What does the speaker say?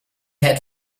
had